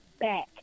back